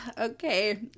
okay